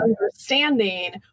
understanding